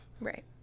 Right